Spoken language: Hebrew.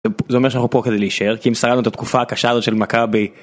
זה אומר שאנחנו פה כדי להישאר כי אם שרדנו את התקופה הקשה הזאת של מכבי...